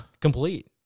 complete